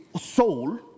soul